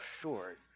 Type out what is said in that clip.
short